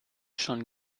schon